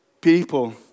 people